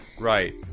Right